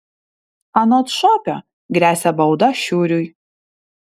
anot šopio gresia bauda šiuriui